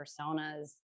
personas